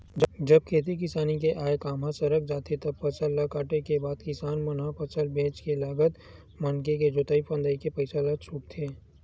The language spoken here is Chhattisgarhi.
जब खेती किसानी के आय काम ह सरक जाथे तब फसल ल काटे के बाद किसान मन ह फसल बेंच के लगत मनके के जोंतई फंदई के पइसा ल छूटथे